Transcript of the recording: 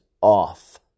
off